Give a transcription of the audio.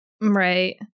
Right